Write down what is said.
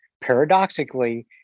paradoxically